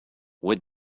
what